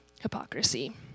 hypocrisy